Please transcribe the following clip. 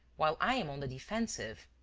while i'm on the defensive.